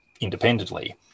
independently